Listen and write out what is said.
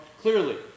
clearly